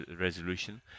resolution